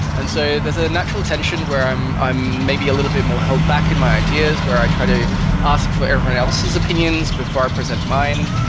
and so there's a natural tension where i'm i'm maybe a little bit more held back in my ideas where i try to ask for everyone else's opinions before i present mine.